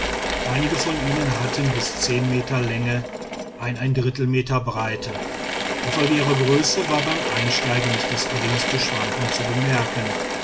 einige von ihnen hatten bei zehn meter länge eineindrittel meter breite infolge ihrer größe war beim einsteigen nicht das geringste schwanken zu bemerken